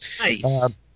Nice